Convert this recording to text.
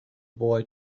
boy